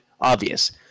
obvious